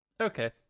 Okay